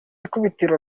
ikubitiro